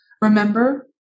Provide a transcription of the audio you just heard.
Remember